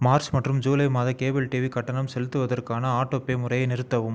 March மற்றும் July மாத cable TV கட்டணம் செலுத்துவதற்கான ஆட்டோபே முறையை நிறுத்தவும்